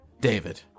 David